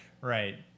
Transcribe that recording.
Right